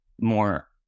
more